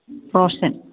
Roshan